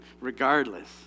regardless